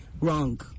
Wrong